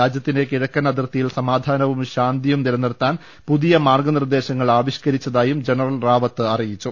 രാജ്യത്തിന്റെ കിഴക്കൻ അതിർത്തിയിൽ സമാധാനവും ശാന്തിയും നില നിർത്താൻ പുതിയ മാർഗ്ഗനിർദ്ദേശങ്ങൾ ആവിഷ്ക്കരി ച്ചതായും ജനറൽ റാവത്ത് അറിയിച്ചു